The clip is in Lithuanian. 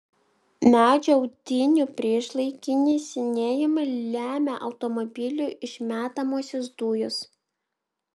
medžių audinių priešlaikinį senėjimą lemia automobilių išmetamosios dujos